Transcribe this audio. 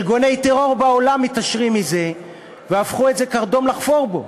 ארגוני טרור בעולם מתעשרים מזה והפכו את זה קרדום לחפור בו.